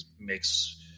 makes